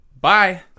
bye